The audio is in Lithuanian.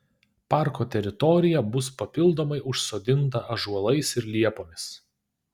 parko teritorija bus papildomai užsodinta ąžuolais ir liepomis